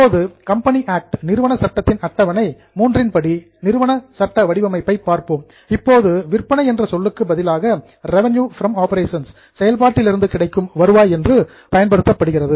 இப்போது company act நிறுவன சட்டத்தின் அட்டவணை III இன் படி நிறுவன சட்ட வடிவமைப்பை பார்ப்போம் இப்போது விற்பனை என்ற சொல்லுக்கு பதிலாக ரெவன்யூ ஃப்ரம் ஆபரேஷன்ஸ் செயல்பாட்டில் இருந்து கிடைக்கும் வருவாய் என்ற சொல் பயன்படுத்தப்படுகிறது